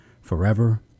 forever